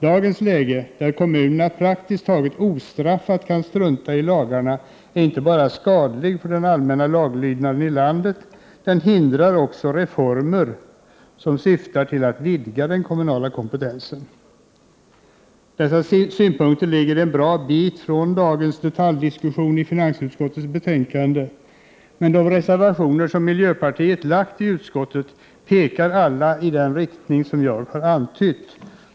Dagens läge, där kommunerna praktiskt taget ostraffade kan strunta i lagarna, är inte bara skadligt för den allmänna laglydnaden i landet, utan det hindrar också reformer som syftar till att vidga den kommunala kompetensen. Dessa synpunkter ligger en bra bit från dagens detaljdiskussion i finansutskottets betänkande, men de reservationer som miljöpartiet lagt i utskottet pekar alla i den riktning som jag har antytt.